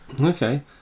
Okay